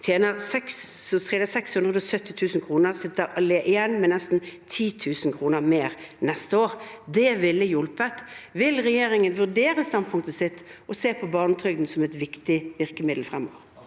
på 670 000 kr, sitter igjen med nesten 10 000 kr mer neste år, og det ville hjulpet. Vil regjeringen vurdere standpunktet sitt og se på barnetrygden som et viktig virkemiddel fremover?